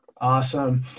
Awesome